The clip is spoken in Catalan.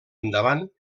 endavant